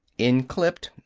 in clipped,